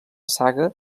saga